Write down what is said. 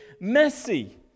messy